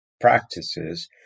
practices